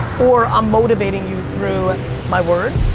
or i'm motivating you through and my word,